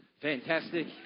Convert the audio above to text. fantastic